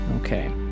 Okay